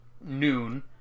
noon